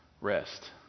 Rest